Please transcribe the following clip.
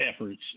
efforts